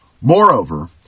moreover